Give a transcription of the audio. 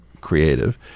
creative